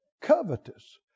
covetous